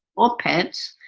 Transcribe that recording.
or pets.